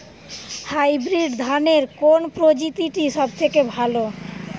Hybrid ধানের কোন প্রজীতিটি সবথেকে ভালো?